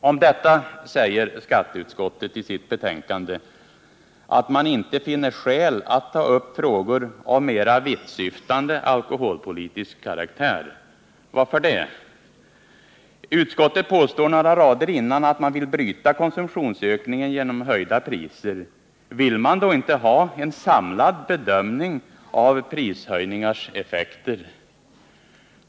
Om detta säger skatteutskottet i sitt betänkande att man inte finner skäl att ta upp frågor av mera vittsyftande alkoholpolitisk karaktär. Varför det? Utskottet påstår några rader innan att man vill bryta konsumtionsökningen genom höjda priser. Vill man då inte ha en samlad bedömning av prishöjningars effekter?